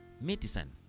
medicine